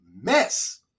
mess